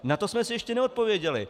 Na to jsme si ještě neodpověděli.